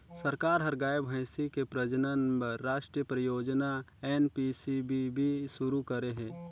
सरकार ह गाय, भइसी के प्रजनन बर रास्टीय परियोजना एन.पी.सी.बी.बी सुरू करे हे